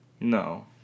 No